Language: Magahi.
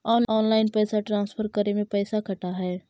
ऑनलाइन पैसा ट्रांसफर करे में पैसा कटा है?